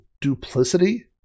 duplicity